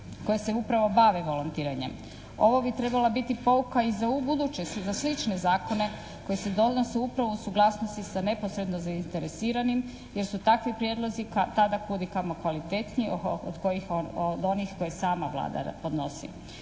koje se upravo bave volontiranjem. Ovo bi trebala biti pouka i za ubuduće za slične zakone koji donose upravo u suglasnosti sa neposredno zainteresiranim jer su takvi prijedlozi tada kud i kamo kvalitetniji od onih koje sama Vlada podnosi.